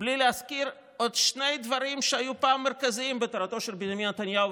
בלי להזכיר עוד שני דברים שהיו פעם מרכזיים בתורתו של בנימין נתניהו,